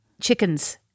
chickens